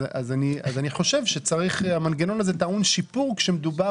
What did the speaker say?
אז לדעתי המנגנון הזה טעון שיפור כשמדובר